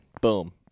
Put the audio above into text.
Boom